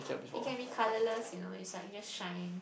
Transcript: it can be colourless you know is like you just shine